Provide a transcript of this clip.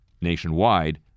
nationwide